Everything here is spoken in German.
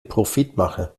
profitmache